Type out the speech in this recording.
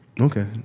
Okay